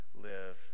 live